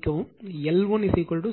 1 0